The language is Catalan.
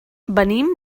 venim